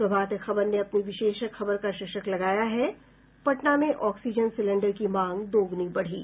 प्रभात खबर ने अपनी विशेष खबर का शीर्षक लगाया है पटना में ऑक्सीजन सिलेंडर की मांग दोगुनी बढ़ी